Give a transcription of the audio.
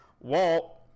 Walt